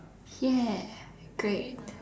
ya great